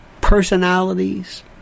personalities